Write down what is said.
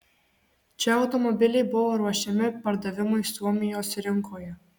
čia automobiliai buvo ruošiami pardavimui suomijos rinkoje